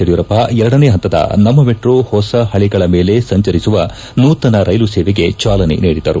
ಯಡಿಯೂರಪ್ಪ ಎರಡನೇ ಹಂತದ ನಮ್ಮ ಮೆಟ್ರೋ ಹೊಸ ಹಳಿಗಳ ಮೇಲೆ ಸಂಚರಿಸುವ ನೂತನ ರೈಲು ಸೇವೆಗೆ ಚಾಲನೆ ನೀಡಿದರು